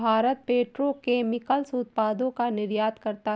Bharat petrochemicals उत्पादों का निर्यात करता है